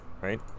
right